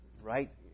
Right